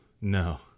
no